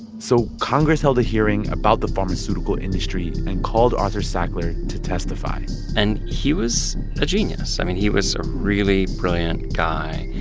so congress held a hearing about the pharmaceutical industry and called arthur sackler to testify and he was a genius. i mean, he was a really brilliant guy.